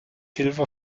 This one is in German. hilfe